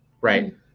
Right